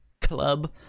club